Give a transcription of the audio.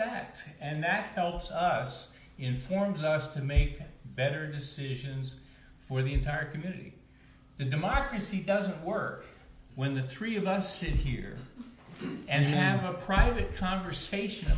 that and that helps us informs us to make better decisions for the entire community the democracy doesn't work when the three of us sit here and have a private conversation